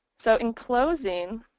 so in closing